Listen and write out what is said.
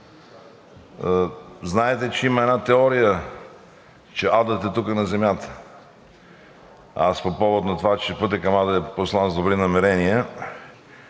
знаете, че има една теория, че адът е тук на Земята. По повод на това, че: „Пътят към ада е постлан с добри намерения.“